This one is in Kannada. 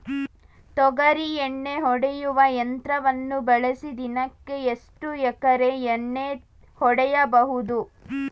ತೊಗರಿ ಎಣ್ಣೆ ಹೊಡೆಯುವ ಯಂತ್ರವನ್ನು ಬಳಸಿ ದಿನಕ್ಕೆ ಎಷ್ಟು ಎಕರೆ ಎಣ್ಣೆ ಹೊಡೆಯಬಹುದು?